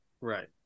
Right